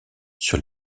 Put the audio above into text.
sur